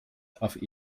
auf